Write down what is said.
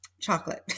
chocolate